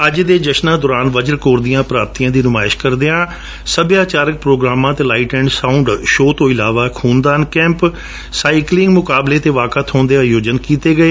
ਅੱਜ ਦੇ ਜਸ਼ਨਾਂ ਦੌਰਾਨ ਵਜਰਾ ਕੋਰ ਦੀਆਂ ਪ੍ਰਾਪਤੀਆਂ ਦੀ ਨੁਮਾਇਸ਼ ਕਰਦਿਆਂ ਸੱਭਿਆਚਾਰਕ ਪ੍ਰੋਗਰਾਮਾਂ ਅਤੇ ਲਾਈਟ ਐਂਡ ਸਾਉਂਡ ਸ਼ੋਅ ਤੋਂ ਅਲਾਵਾ ਖੁਨ ਦਾਨ ਕੈਂਪ ਸਾਈਕਲਿੰਗ ਮੁਕਾਬਲੇ ਅਤੇ ਵਾਕਾਥੋਨ ਦੇ ਆਯੋਜਨ ਕੀਤੇ ਗਏ